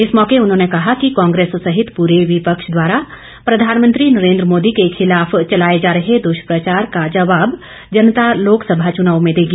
इस मौके उन्होंने कहा कि कांग्रेस सहित पूरे विपक्ष द्वारा प्रधानमंत्री नरेन्द्र मोदी के खिलाफ चलाए जा रहे दुष्प्रचार का जवाब जनता लोकसभा चुनाव में देगी